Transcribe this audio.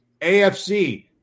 AFC